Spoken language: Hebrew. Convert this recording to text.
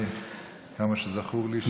כמה שזכור לי,